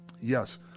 Yes